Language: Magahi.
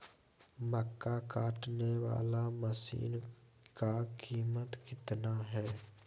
मक्का कटने बाला मसीन का कीमत कितना है?